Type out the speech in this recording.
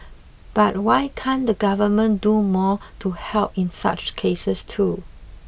but why can't the government do more to help in such cases too